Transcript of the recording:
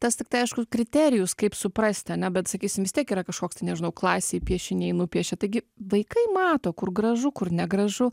tas tiktai aiškus kriterijus kaip suprasti ane bet sakysim vis tiek yra kažkoks tai nežinau klasėj piešiniai nupiešia taigi vaikai mato kur gražu kur negražu